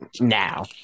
now